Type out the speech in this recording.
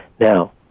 Now